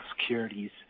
securities